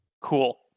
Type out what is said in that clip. Cool